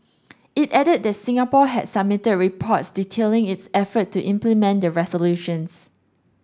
it added that Singapore had submitted reports detailing its effort to implement the resolutions